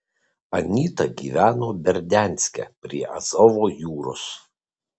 anyta gyveno berdianske prie azovo jūros